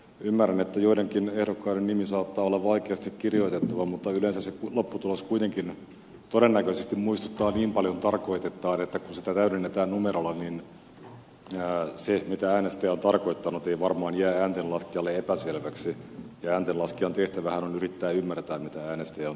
ymmärrän että joidenkin ehdokkaiden nimi saattaa olla vaikeasti kirjoitettava mutta yleensä se lopputulos kuitenkin todennäköisesti muistuttaa niin paljon tarkoitettaan että kun sitä täydennetään numerolla niin se mitä äänestäjä on tarkoittanut ei varmaan jää ääntenlaskijalle epäselväksi ja ääntenlaskijan tehtävähän on yrittää ymmärtää mitä äänestäjä on tarkoittanut